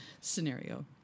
scenario